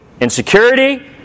insecurity